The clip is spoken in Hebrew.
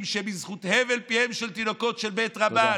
שהבל פיהם של תינוקות של בית רבן,